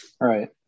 right